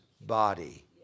body